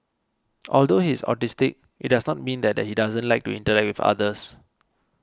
although he is autistic it does not mean that he doesn't like to interact with others